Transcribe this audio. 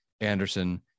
Anderson